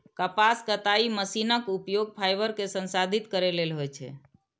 कपास कताइ मशीनक उपयोग फाइबर कें संसाधित करै लेल होइ छै